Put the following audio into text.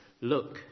Look